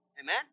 Amen